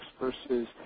versus